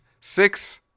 six